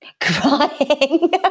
crying